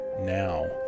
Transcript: now